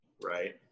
right